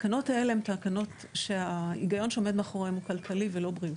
התקנות האלה הן תקנות שההיגיון שעומד מאחוריהן הוא כלכלי ולא בריאותי.